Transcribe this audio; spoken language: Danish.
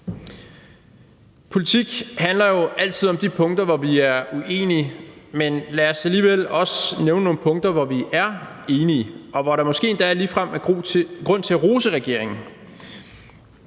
Politik handler jo altid om de punkter, hvor vi er uenige, men lad os alligevel også nævne nogle punkter, hvor vi er enige, og hvor der måske endda ligefrem er grund til at rose regeringen;